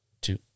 two